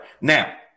Now